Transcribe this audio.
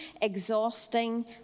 exhausting